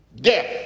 Death